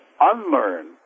unlearn